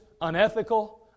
unethical